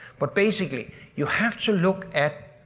but basically you have to look at